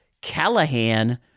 Callahan